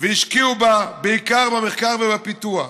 והשקיעו בה בעיקר במחקר ובפיתוח.